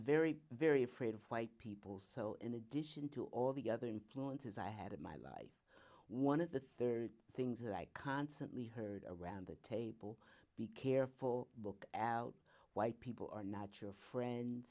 very very afraid of white people so in addition to all the other influences i had in my life one of the three things that i constantly heard around the table be careful book out white people are natural friend